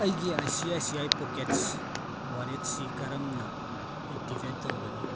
ꯑꯩꯒꯤ I C I C I pockets ꯋꯥꯜꯂꯦꯠꯁꯤ ꯀꯔꯝꯅ ꯑꯦꯛꯇꯤꯕꯦꯠ ꯇꯧꯒꯅꯤ